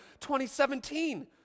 2017